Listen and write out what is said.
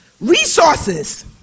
resources